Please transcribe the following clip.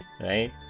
right